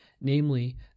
namely